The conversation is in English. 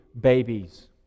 babies